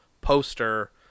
poster